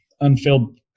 unfilled